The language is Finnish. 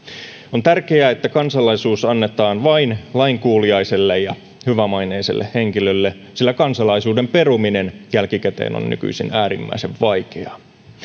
on tärkeää että kansalaisuus annetaan vain lainkuuliaiselle ja hyvämaineiselle henkilölle sillä kansalaisuuden peruminen jälkikäteen on nykyisin äärimmäisen vaikeaa